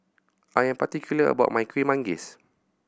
I am particular about my Kuih Manggis